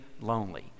lonely